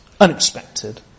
unexpected